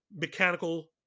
mechanical